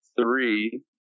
three